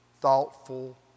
thoughtful